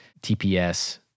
TPS